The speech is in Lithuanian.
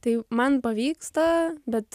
tai man pavyksta bet